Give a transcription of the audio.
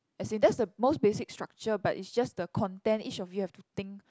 as in that's the most basic structure but is just the content each of you have to think